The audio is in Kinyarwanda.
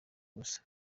ubusa